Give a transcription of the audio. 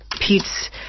Pete's